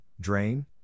drain